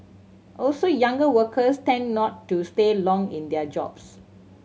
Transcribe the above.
also younger workers tend not to stay long in their jobs